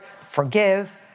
forgive